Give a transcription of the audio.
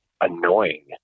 annoying